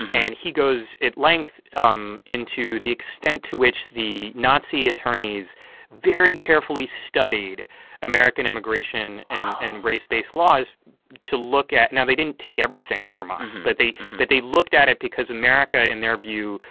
and he goes at length um into the extent to which the nazi attorneys very carefully studied american immigration and race-based laws to look at now, they didn't take everything from us. but they but they looked at it because america, in their view,